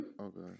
Okay